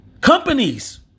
Companies